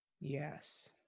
Yes